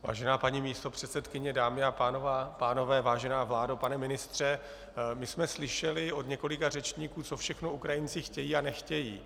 Vážená paní místopředsedkyně, dámy a pánové, vážená vládo, pane ministře, my jsme slyšeli od několika řečníků, co všechno Ukrajinci chtějí a nechtějí.